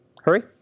Hurry